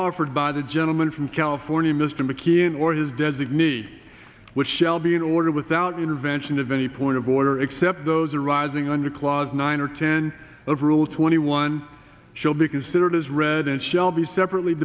offered by the gentleman from california mr mckeon or his designee which shall be in order without intervention of any point of order except those arising under clause nine or ten of rule twenty one shall be considered as read and shall be separately